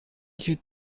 you